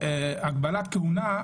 הגבלת כהונה,